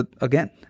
again